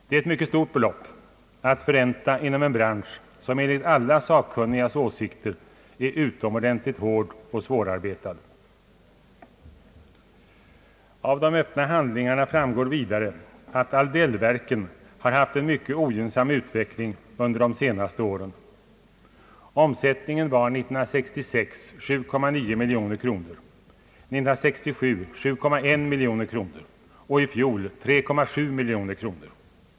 Det kan bli svårt att förränta inom en bransch, som enligt alla sakkunnigas åsikter är utomordentligt hård och svårarbetad. Av de öppna handlingarna framgår vidare att Aldellverken har haft en mycket ogynnsam utveckling under de senaste åren. Omsättningen var 1966 7,9 miljoner kronor, 1967 7,1 miljoner kronor och i fjol 3,7 miljoner kronor.